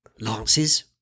Lances